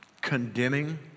condemning